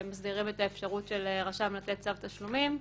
שמסדירים את האפשרות של רשם לתת צו תשלומים.